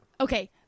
Okay